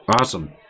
Awesome